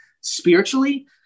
spiritually